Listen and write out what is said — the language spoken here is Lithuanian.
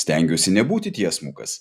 stengiuosi nebūti tiesmukas